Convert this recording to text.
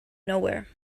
nowhere